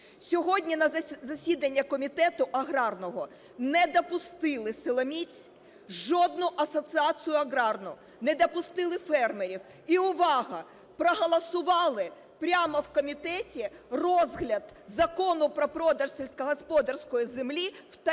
Сьогодні на засідання комітету аграрного не допустили силоміць жодну асоціацію аграрну, не допустили фермерів. І, увага, проголосували прямо в комітеті розгляд Закону про продаж сільськогосподарської землі в таємному